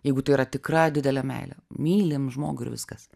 jeigu tai yra tikra didelė meilė mylim žmogų ir viskas